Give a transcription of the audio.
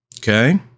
okay